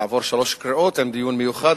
לעבור שלוש קריאות עם דיון מיוחד.